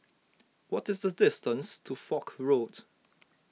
what is the distance to Foch Road